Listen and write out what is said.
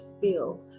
feel